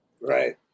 Right